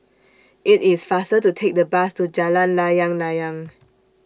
IT IS faster to Take The Bus to Jalan Layang Layang